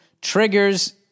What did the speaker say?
triggers